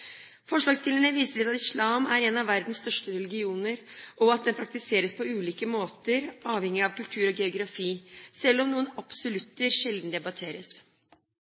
Forslagsstillerne viser til at islam er en av verdens største religioner, og at den praktiseres på ulike måter, avhengig av kultur og geografi, selv om noen «absolutter» sjelden debatteres.